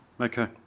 Okay